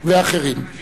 מי זה "אחרים"?